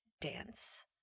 Dance